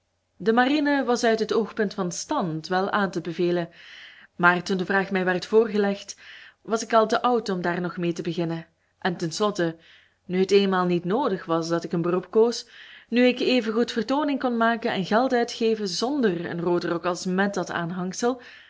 de marine was uit het oogpunt van stand wel aan te bevelen maar toen de vraag mij werd voorgelegd was ik al te oud om daar nog mee te beginnen en ten slotte nu het eenmaal niet noodig was dat ik een beroep koos nu ik even goed vertooning kon maken en geld uitgeven znder een rooden rok als mèt dat